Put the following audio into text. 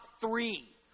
three